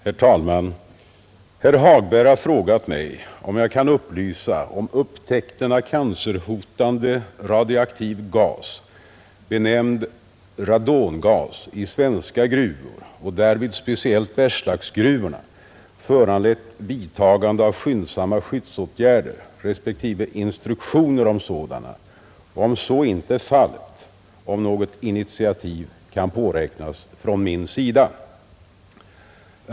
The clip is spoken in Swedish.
Herr talman! Herr Hagberg har frågat mig om jag kan upplysa om upptäckten av cancerhotande radioaktiv gas, benämnd radongas, i svenska gruvor och därvid speciellt Bergslagsgruvorna, föranlett vidtagande av skyndsamma skyddsåtgärder respektive instruktioner om sådana, och om så inte är fallet, om något initiativ kan påräknas från min sida.